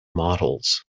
models